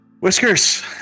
Whiskers